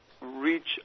reach